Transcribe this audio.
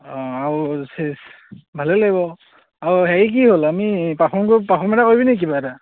অঁ আৰু চেচ ভালেই লাগিব আৰু হেৰি কি হ'ল আমি প্ৰাফৰ্ম প্ৰাফৰ্ম এটা কৰিবিনি কিবা এটা